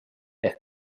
ehk